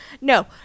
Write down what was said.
no